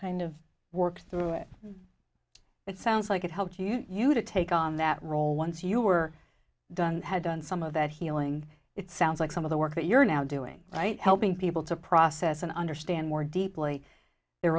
kind of work through it it sounds like it helped you to take on that role once you were done had done some of that healing it sounds like some of the work that you're now doing right helping people to process and understand more deeply their